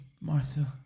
Martha